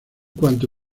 cuanto